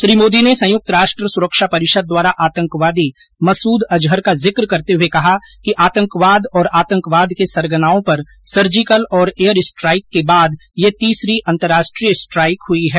श्री मोदी ने संयुक्त राष्ट्र सुरक्षा परिषद द्वारा आतंकवादी मसूद अजहर का जिक करते हुए कहा कि आतंकवाद और आतंकवाद के सरगनाओं पर सर्जिकल और एयर स्ट्राइक के बाद यह तीसरी अंतर्राष्ट्रीय स्ट्राइक हुई है